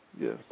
Yes